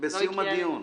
בסיום הדיון.